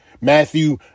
Matthew